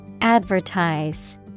Advertise